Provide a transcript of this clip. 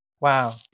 Wow